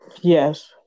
Yes